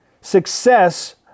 success